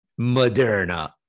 Moderna